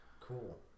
cool